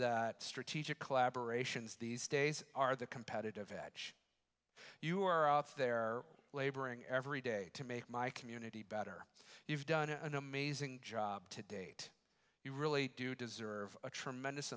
that strategic collaboration's these days are that competitive edge you are out there laboring every day to make my community better you've done a mazing job to date you really do deserve a tremendous